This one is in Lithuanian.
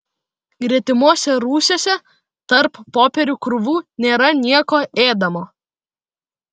gretimuose rūsiuose tarp popierių krūvų nėra nieko ėdamo